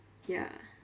ya